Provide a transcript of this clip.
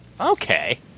Okay